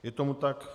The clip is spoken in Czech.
Je tomu tak.